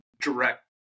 direct